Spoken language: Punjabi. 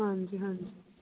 ਹਾਂਜੀ ਹਾਂਜੀ